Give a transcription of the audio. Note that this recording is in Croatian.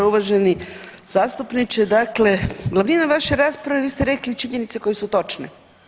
Uvaženi zastupniče, dakle vi u vašoj raspravi vi ste rekli činjenice koje su točne.